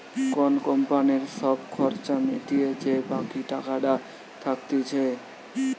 কোন কোম্পানির সব খরচা মিটিয়ে যে বাকি টাকাটা থাকতিছে